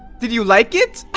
did you like it?